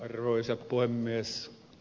arvoisa puhemies